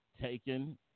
taken